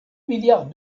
milliards